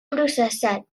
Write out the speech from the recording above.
processat